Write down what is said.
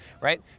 right